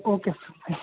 okay